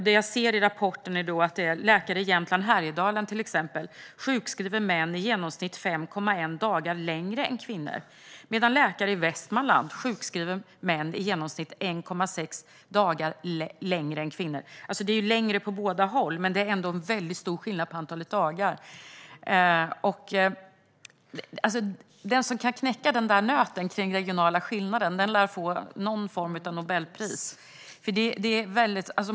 Det jag ser i rapporten är till exempel att läkare i Jämtland-Härjedalen sjukskriver män i genomsnitt 5,1 dagar längre än kvinnor, medan läkare i Västmanland sjukskriver män i genomsnitt 1,6 dagar längre än kvinnor. Det är alltså längre på båda ställena, men det är ändå en väldigt stor skillnad på antalet dagar. Den som kan knäcka nöten om regionala skillnader lär få någon form av Nobelpris.